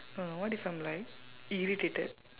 uh what if I'm like irritated